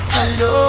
Hello